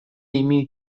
имею